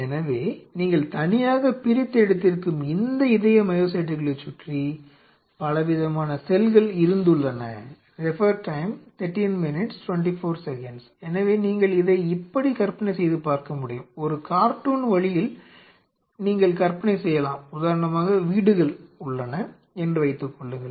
எனவே நீங்கள் தனியாகப் பிரித்து எடுத்திருக்கும் இந்த இதய மையோசைட்டுகளைச் சுற்றி பல விதமான செல்கள் இருந்துள்ளன உள்ளன என்று வைத்துக்கொள்ளுங்கள்